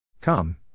Come